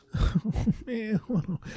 man